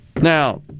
Now